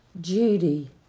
Judy